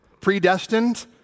predestined